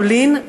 פולין,